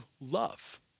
love